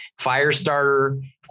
Firestarter